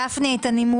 תמחקי את זה.